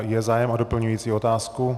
Je zájem o doplňující otázku?